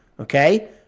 Okay